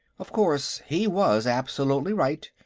of course, he was absolutely right,